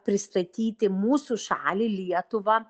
pristatyti mūsų šalį lietuvą